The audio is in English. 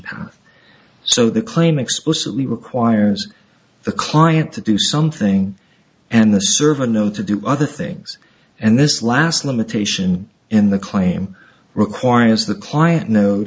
so the claim explicitly requires the client to do something and the server know to do other things and this last limitation in the claim requires the client kno